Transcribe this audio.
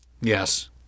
Yes